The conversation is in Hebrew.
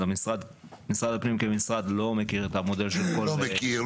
אז משרד הפנים כמשרד לא מכיר את המודל -- לא מכיר,